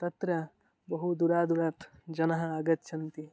तत्र बहु दूरदूरात् जनाः आगच्छन्ति